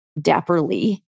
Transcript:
dapperly